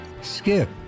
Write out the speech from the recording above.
skip